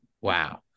Wow